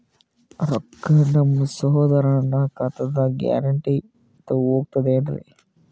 ರೊಕ್ಕ ನಮ್ಮಸಹೋದರನ ಖಾತಕ್ಕ ಗ್ಯಾರಂಟಿ ಹೊಗುತೇನ್ರಿ?